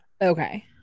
Okay